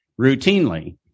routinely